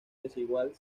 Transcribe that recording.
desigual